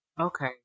Okay